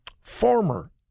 former